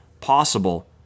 possible